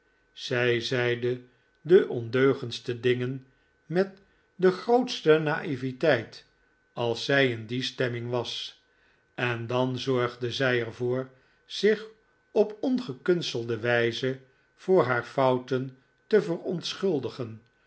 zij zeide de ondeugendste dingen met de grootste na'i'veteit als zij in die stemming was en dan zorgde zij er voor zich op ongekunstelde wijze voor haar fouten te verontschuldigen